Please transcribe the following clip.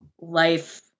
life